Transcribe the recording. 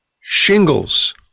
Shingles